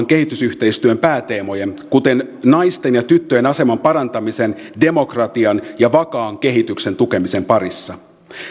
kehitysyhteistyön pääteemojen kuten naisten ja tyttöjen aseman parantamisen demokratian ja vakaan kehityksen tukemisen parissa